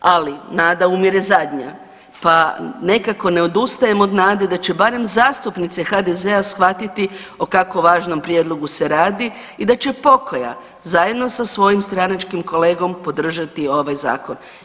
Ali nada umire zadnja pa nekako ne odustajem od nade da će barem zastupnice HDZ-a shvatiti o kako važnom prijedlogu se radi i da će pokoja zajedno sa svojim stranačkim kolegom podržati ovaj zakon.